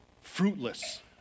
fruitless